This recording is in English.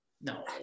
No